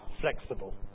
flexible